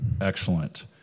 Excellent